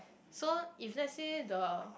so if let's say the